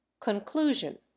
Conclusion